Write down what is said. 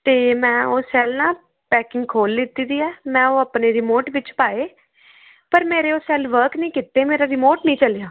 ਅਤੇ ਮੈਂ ਉਹ ਸੈੱਲ ਨਾ ਪੈਕਿੰਗ ਖੋਲ੍ਹ ਲਿਤੀ ਦੀ ਹੈ ਮੈਂ ਉਹ ਆਪਣੇ ਰਿਮੋਟ ਵਿੱਚ ਪਾਏ ਪਰ ਮੇਰੇ ਉਹ ਸੈੱਲ ਵਰਕ ਨਹੀਂ ਕੀਤੇ ਮੇਰਾ ਰਿਮੋਟ ਨਹੀਂ ਚੱਲਿਆ